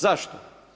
Zašto?